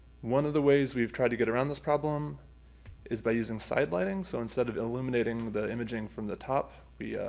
one of the ways we've tried to get around this problem is by using side lighting. so instead of illuminating the imaging from the top, we